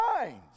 minds